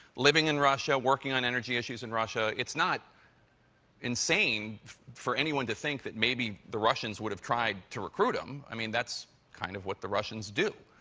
living in russia, working on energy issues in russia. it's not insane for anyone to think that maybe the russians would have tried to recruit him. i mean, that's kind of what the russians do.